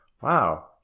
wow